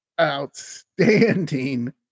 outstanding